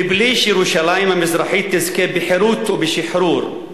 מבלי שירושלים המזרחית תזכה בחירות ובשחרור.